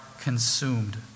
consumed